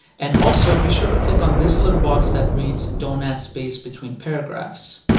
and also be sure to click on this little box that reads don't add space between paragraphs.